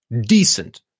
decent